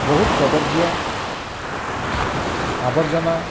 ବହୁତ କଦର୍ଯ୍ୟ ଆବର୍ଜନା